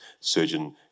surgeon